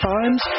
Times